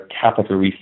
Capital